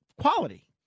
quality